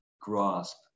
grasp